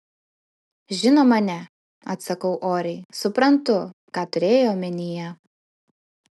žinoma ne atsakau oriai suprantu ką turėjai omenyje